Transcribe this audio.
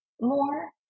more